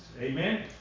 Amen